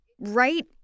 right